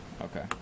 Okay